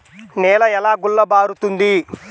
నేల ఎలా గుల్లబారుతుంది?